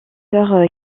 sœur